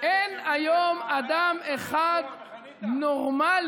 אין היום אדם אחד נורמלי,